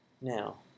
Now